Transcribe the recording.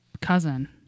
cousin